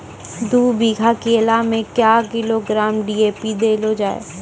दू बीघा केला मैं क्या किलोग्राम डी.ए.पी देले जाय?